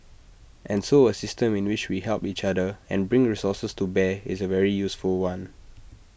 and so A system in which we help each other and bring resources to bear is A very useful one